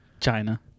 China